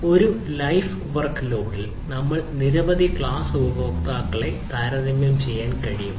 ഒരു life work ലോഡിൽ നമ്മൾക്ക് നിരവധി ക്ലാസ് ഉപഭോക്താക്കളെ താരതമ്യം ചെയ്യാൻ കഴിയുമോ